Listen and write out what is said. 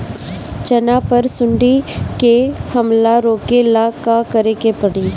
चना पर सुंडी के हमला रोके ला का करे के परी?